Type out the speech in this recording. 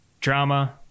drama